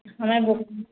हमें गो